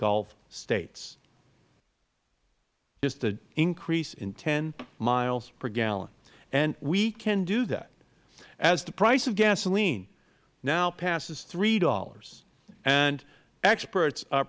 gulf states just an increase in ten miles per gallon and we can do that as the price of gasoline now passes three dollars and experts a